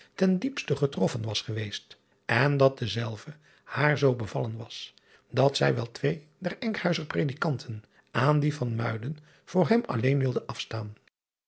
ten diepste getroffen was geweest en dat dezelve haar zoo bevallen was dat zij wel twee der nkhuizer redikanten aan die van uiden voor hem alleen wilde afstaan